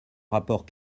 rapport